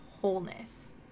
wholeness